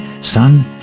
son